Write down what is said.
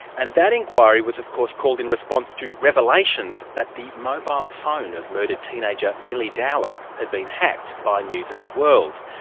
and that inquiry was, of course, called in response to revelations that the mobile phone of murdered teenager milly dowler had been hacked by news of the world.